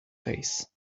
face